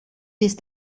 ist